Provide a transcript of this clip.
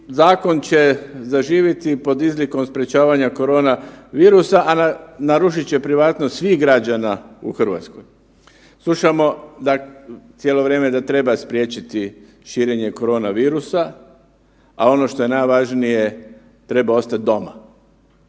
zakon će zaživjeti pod izlikom sprječavanja koronavirusa, a narušit će privatnost svih građana u Hrvatskoj. Slušamo, dakle, cijelo vrijeme da treba spriječiti širenje koronavirusa, a ono što je najvažnije, treba ostati doma